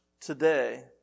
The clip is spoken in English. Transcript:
today